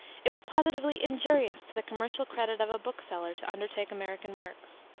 it was positively injurious to the commercial credit of a bookseller to undertake american works.